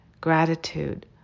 gratitude